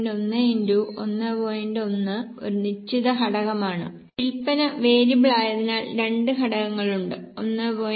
1 ഒരു നിശ്ചിത ഘടകമാണ് വിൽപ്പന വേരിയബിൾ ആയതിനാൽ രണ്ട് ഘടകങ്ങളുണ്ട് 1